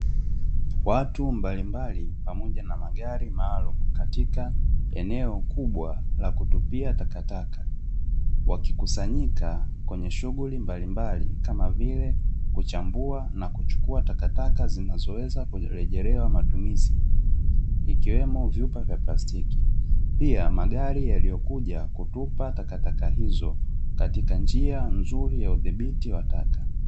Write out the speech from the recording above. Watu mbalimbali pamoja na magari maalumu katika eneo kubwa la kutupia takataka, wakikusanyika kwenye shughuli mbalimbali kama vile kuchambua na kuchukua takataka zinazoweza kurejelewa matumizi. Ikiwemo vyupa vya plastiki, pia magara yaliyokuja kutupa takataka hizo katika nji nzuri ya udhibiti wa taka.